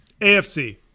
AFC